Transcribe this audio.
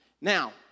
Now